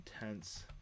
intense